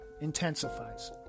intensifies